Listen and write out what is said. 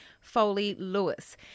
Foley-Lewis